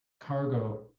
cargo